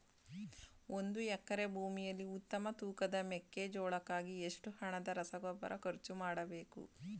ಒಂದು ಎಕರೆ ಭೂಮಿಯಲ್ಲಿ ಉತ್ತಮ ತೂಕದ ಮೆಕ್ಕೆಜೋಳಕ್ಕಾಗಿ ಎಷ್ಟು ಹಣದ ರಸಗೊಬ್ಬರ ಖರ್ಚು ಮಾಡಬೇಕು?